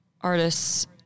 artists